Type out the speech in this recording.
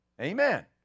Amen